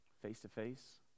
face-to-face